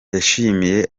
yashimiye